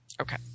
Okay